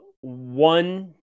One